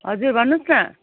हजुर भन्नुहोस् न